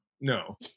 no